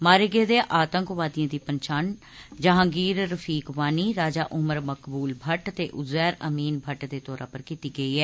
मारे गेदे आतंकवादिएं दी पंछान जंहागीर रफीक वानी राजा उमर मकबूल भट्ट ते उज़ैर अमीन भट्ट दे तौरा पर कीती गेई ऐ